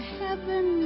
heaven